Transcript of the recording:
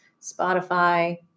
Spotify